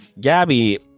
Gabby